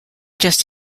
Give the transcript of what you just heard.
just